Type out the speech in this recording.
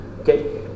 Okay